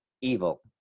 evil